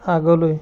আগলৈ